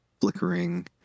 flickering